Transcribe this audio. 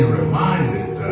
reminded